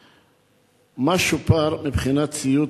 4. מה שופר מבחינת ציוד,